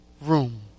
room